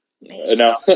No